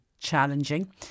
challenging